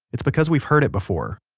it's because we've heard it before.